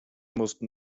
mussten